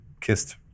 kissed